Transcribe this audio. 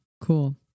cool